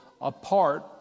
apart